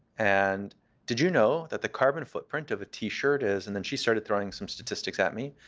and did you know that the carbon footprint of a t-shirt is, and then she started throwing some statistics at me.